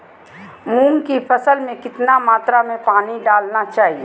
मूंग की फसल में कितना मात्रा में पानी डालना चाहिए?